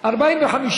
המשפחה),